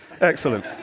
Excellent